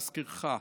להזכירך,